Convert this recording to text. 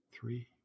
three